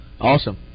Awesome